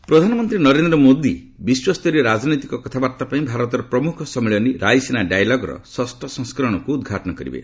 PM Raisina ପ୍ରଧାନମନ୍ତ୍ରୀ ନରେନ୍ଦ୍ର ମୋଦୀ ବିଶ୍ୱସ୍ତରୀୟ ରାଜନୈତିକ କଥାବାର୍ତ୍ତା ପାଇଁ ଭାରତର ପ୍ରମୁଖ ସମ୍ମିଳନୀ ରାଇସିନା ଡାଇଲଗ୍ର ଷଷ୍ଠ ସଂସ୍କରଣକୁ ଉଦ୍ଘାଟନ କରିବେ